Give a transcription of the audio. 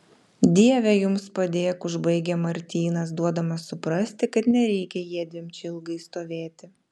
dieve jums padėk užbaigia martynas duodamas suprasti kad nereikia jiedviem čia ilgai stovėti